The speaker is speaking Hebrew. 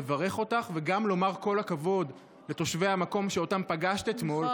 לברך אותך וגם לומר כל הכבוד לתושבי המקום שפגשת אתמול,